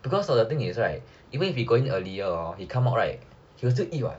because of the thing is right even if you go earlier hor he come out right he will still eat [what]